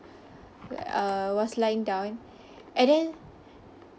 wait uh I was lying down and then